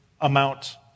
amount